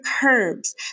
curves